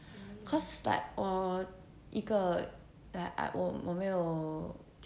cause like orh 一个 that I 我 orh 我没有